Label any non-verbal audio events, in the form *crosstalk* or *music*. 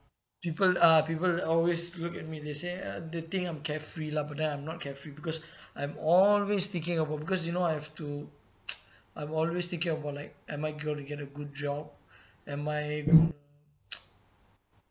people ah people always look at me they say ah they think I'm carefree lah but then I'm not carefree because I'm always thinking about because you know I have to *noise* I'm always thinking more like am I going to get a good job am I *noise*